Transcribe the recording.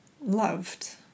loved